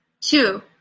Two